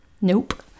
nope